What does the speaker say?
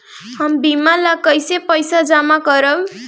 हम बीमा ला कईसे पईसा जमा करम?